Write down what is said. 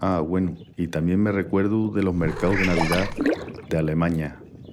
A, güenu, i tamién me recuerdu delos mercaus de navidá d'Alemaña!